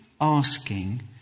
asking